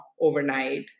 overnight